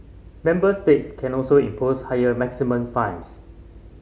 member states can also impose higher maximum fines